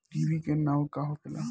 डिभी के नाव का होखेला?